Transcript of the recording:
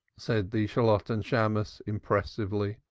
said the shalotten shammos impressively.